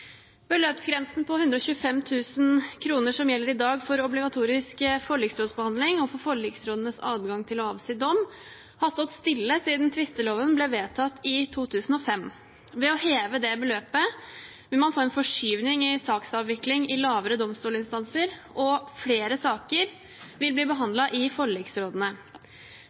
Beløpsgrensen på 125 000 kr som i dag gjelder for obligatorisk forliksrådsbehandling og forliksrådenes adgang til å avsi dom, har stått stille siden tvisteloven ble vedtatt i 2005. Ved å heve det beløpet vil man få en forskyvning i saksavvikling i lavere domstolinstanser, og flere saker vil bli behandlet i forliksrådene.